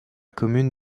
commune